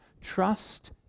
trust